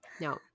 No